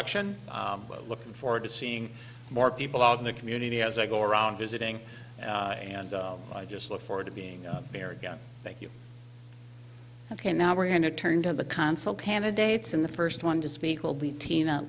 election but looking forward to seeing more people out in the community as i go around visiting and i just look forward to being there again thank you ok now we're going to turn to the consul candidates in the first one to speak will be tina